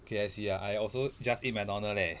K_F_C ah I also just eat mcdonald leh